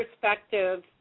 perspective